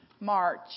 March